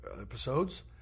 episodes